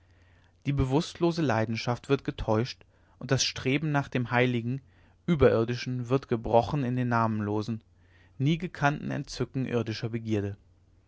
die bewußtlose leidenschaft wird getäuscht und das streben nach dem heiligen überirdischen wird gebrochen in dem namenlosen nie gekannten entzücken irdischer begierde